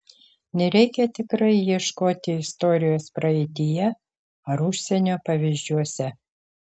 nereikia tikrai ieškoti istorijos praeityje ar užsienio pavyzdžiuose